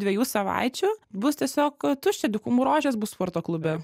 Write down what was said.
dviejų savaičių bus tiesiog tuščia dykumų rožės bus sporto klube